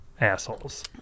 assholes